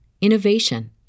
innovation